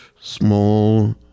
small